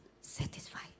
satisfied